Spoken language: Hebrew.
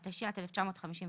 התש"יט-1959,